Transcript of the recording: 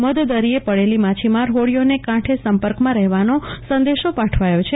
મધદરિયે પડેલી માછીમાર હોડીઓ ને કાંઠે સંપર્ક માં રહેવાનો સંદેશો પાઠવાયો છે